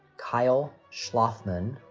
kyle schlafmann,